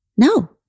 No